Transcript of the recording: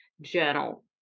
Journal